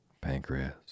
Pancreas